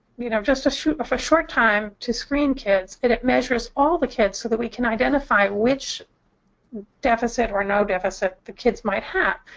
you know, just a sort of short time to screen kids, and it measures all the kids so that we can identify which deficit, or no deficit, the kids might have.